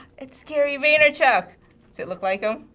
it's gary vaynerchuk, does it look like him?